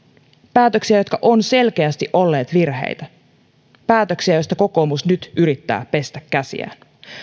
päätöksiä jotka ovat selkeästi olleet virheitä päätöksiä joista kokoomus nyt yrittää pestä käsiään